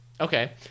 Okay